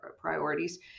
priorities